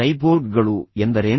ಸೈಬೋರ್ಗ್ಗಳು ಎಂದರೇನು